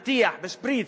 בטיח, בשפריץ,